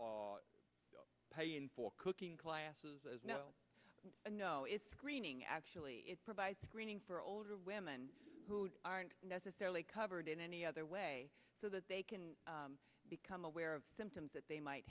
program for cooking classes as no no is screening actually provide screening for older women who aren't necessarily covered in any other way so that they can become aware of symptoms that they might